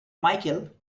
micheal